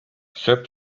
сөп